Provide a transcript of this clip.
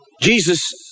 Jesus